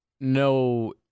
no